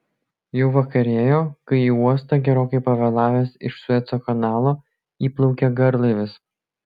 jau vakarėjo kai į uostą gerokai pavėlavęs iš sueco kanalo įplaukė garlaivis